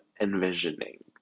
envisioning